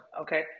okay